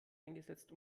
eingesetzt